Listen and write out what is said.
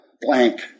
blank